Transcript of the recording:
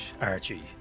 Archie